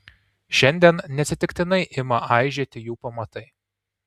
šiandien neatsitiktinai ima aižėti jų pamatai